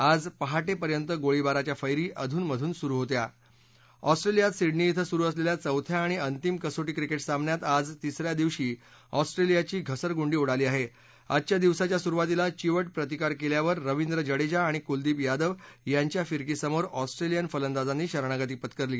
आज पहाटर्पर्खित गोळीबाराच्या फैरी अधूनमधून सुरु होत्या ऑस्ट्रेलियात सिडनी इथं सुरू असलेल्या चौथ्या आणि अंतिम कसोटी क्रिकेट सामन्यात आज तिसऱ्या दिवशी ऑस्ट्रेलियाची घसरगूंडी उडाली आह आजच्या दिवसांच्या सुरुवातीला चिवट प्रतिकार कल्प्रावर रविद्र जडली आणि कुलदिप यादव यांच्या फिरकीसमोर ऑस्ट्रेशियन फलदाजांनी शरणागती पत्करली